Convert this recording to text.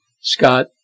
Scott